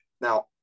Now